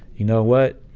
you know what?